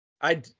I-